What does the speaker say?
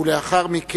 ולכן,